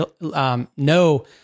no